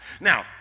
Now